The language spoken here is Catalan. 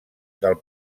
del